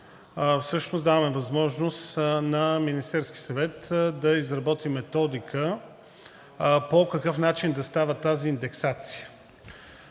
всъщност даваме възможност на Министерския съвет да изработи методика по какъв начин да става тази индексация,